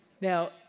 Now